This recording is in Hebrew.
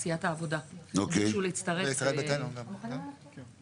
סיעת העבודה הצטרפה לקבוצת יש עתיד.